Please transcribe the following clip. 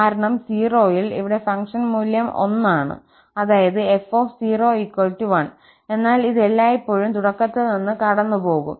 കാരണം 0 ൽ ഇവിടെ ഫംഗ്ഷൻ മൂല്യം 1 ആണ് അതായത് f 1 എന്നാൽ ഇത് എല്ലായ്പ്പോഴും തുടക്കത്തിൽ നിന്ന് കടന്നുപോകും